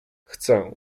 chcę